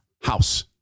house